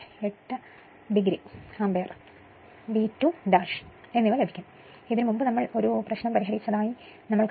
8 degree ampere V2 എന്നിവ ലഭിക്കും ഇത് മുമ്പ് ഒരു പ്രശ്നം പരിഹരിച്ചതായി നമുക്കറിയാം